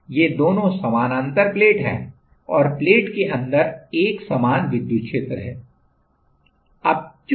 देखिए ये दोनों प्लेट समानांतर हैं और प्लेट के अंदर एक समान विद्युत क्षेत्र है